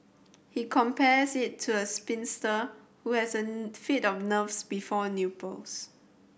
he compares it to a spinster who has a fit of nerves before nuptials